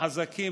החזקים,